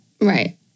Right